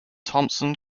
thompson